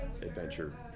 adventure